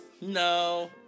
no